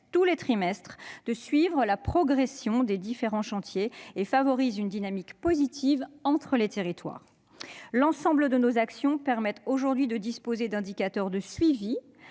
chaque trimestre la progression des différents chantiers et de favoriser une dynamique positive entre les territoires. L'ensemble de nos actions permet aujourd'hui de disposer d'indicateurs très